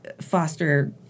foster